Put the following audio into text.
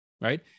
right